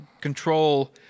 control